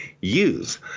use